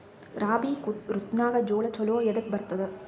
ರಾಬಿ ಋತುನಾಗ್ ಜೋಳ ಚಲೋ ಎದಕ ಬರತದ?